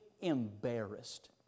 embarrassed